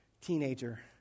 teenager